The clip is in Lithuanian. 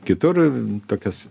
kitur tokias